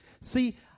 See